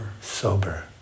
Sober